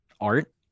art